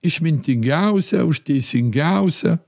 išmintingiausią už teisingiausią